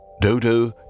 Dodo